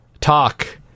talk